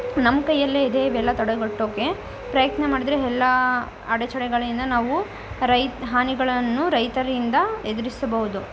ನಮ್ಮ ಕೈಯಲ್ಲೇ ಇದೆ ಇವೆಲ್ಲ ತಡೆಗಟ್ಟೋಕ್ಕೆ ಪ್ರಯತ್ನ ಮಾಡಿದ್ರೆ ಎಲ್ಲ ಅಡಚಣೆಗಳಿಂದ ನಾವು ರೈತ ಹಾನಿಗಳನ್ನು ರೈತರಿಂದ ಎದುರಿಸಬೌದು